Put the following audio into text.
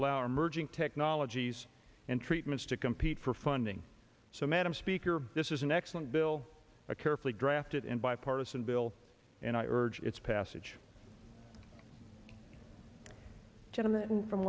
allow emerging technologies and treatments to compete for funding so madam speaker this is an excellent bill a carefully drafted and bipartisan bill and i urge its passage gentleman from